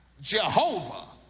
Jehovah